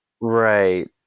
Right